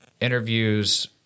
interviews